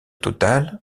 total